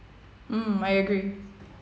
mm I agree